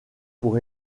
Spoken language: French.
pour